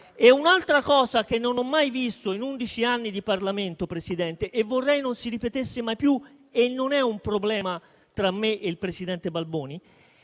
un'altra cosa che non ho mai visto in undici anni di Parlamento, Presidente, che vorrei non si ripetesse mai più e non è un problema tra me e il presidente Balboni.